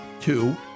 Two